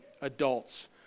adults